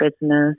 business